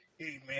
amen